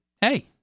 hey